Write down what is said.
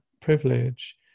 privilege